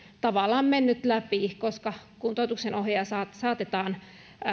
tavallaan mennyt läpi koska kuntoutuksen ohjaaja saatetaan